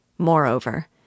Moreover